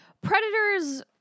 Predator's